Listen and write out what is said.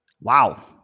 Wow